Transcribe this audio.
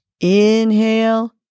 Inhale